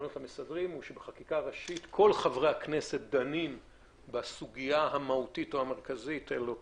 הוא שבחקיקה ראשית כל חברי הכנסת דנים בסוגיה המהותית של אותו